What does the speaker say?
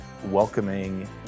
welcoming